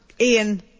Ian